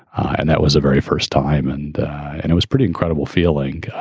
and that was a very first time and and it was pretty incredible feeling.